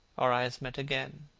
our eyes met again.